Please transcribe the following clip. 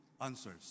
answers